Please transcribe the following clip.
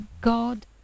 God